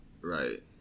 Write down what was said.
right